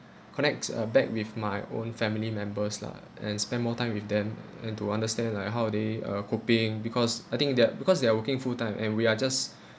connects uh back with my own family members lah and spend more time with them and to understand like how they are coping because I think they're because they are working full time and we are just